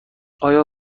آیا